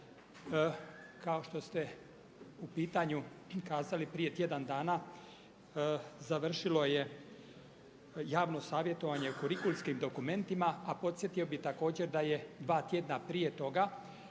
Kao što ste u pitanju kazali prije tjedan dana, završilo je javno savjetovanje kurikulskim dokumentima a podsjetio bih također da je dva tjedna prije toga